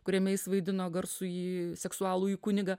kuriame jis vaidino garsųjį seksualųjį kunigą